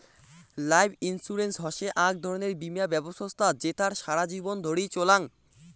life insurance হসে আক ধরণের বীমা ব্যবছস্থা জেতার সারা জীবন ধরি চলাঙ